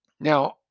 now